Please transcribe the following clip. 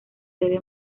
debe